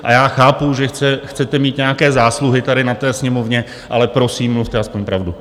A já chápu, že chcete mít nějaké zásluhy tady na té Sněmovně, ale prosím, mluvte aspoň pravdu.